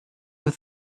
with